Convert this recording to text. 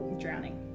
drowning